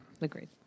agreed